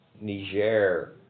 Niger